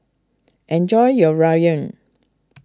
enjoy your Ramyeon